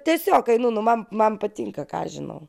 tiesiog einu nu man man patinka ką aš žinau